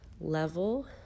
level